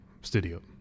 Studio